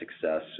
success